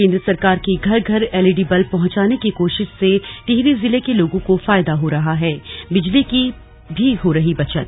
केंद्र सरकार की घर घर एलईडी बल्ब पहंचाने की कोशिश से टिहरी जिले के लोगों को फायदा हो रहा हैबिजली की भी हो रही बचत